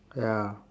ya